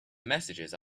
messages